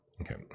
Okay